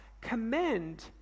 commend